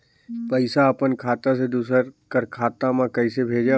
पइसा अपन खाता से दूसर कर खाता म कइसे भेजब?